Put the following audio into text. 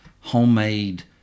homemade